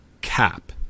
cap